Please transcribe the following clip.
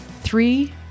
Three